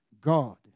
God